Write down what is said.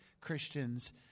Christians